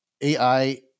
ai